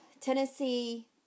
Tennessee